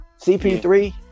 cp3